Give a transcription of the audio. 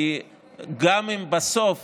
כי גם אם בסוף